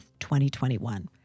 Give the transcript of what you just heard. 2021